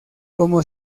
como